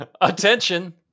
Attention